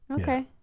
Okay